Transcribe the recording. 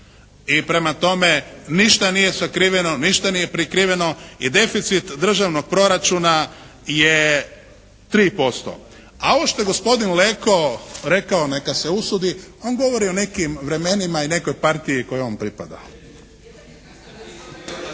i prema tome ništa nije sakriveno, ništa nije prikriveno. I deficit državnog proračuna je 3%. A ovo što je gospodin Leko rekao neka se usudi, on govori o nekim vremenima i nekoj partiji kojoj on pripada.